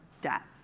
death